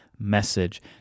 message